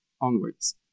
onwards